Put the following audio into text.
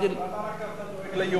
למה אתה דואג רק ליהודים,